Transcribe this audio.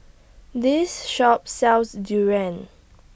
This Shop sells Durian